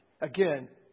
again